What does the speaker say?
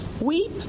Weep